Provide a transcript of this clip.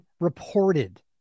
reported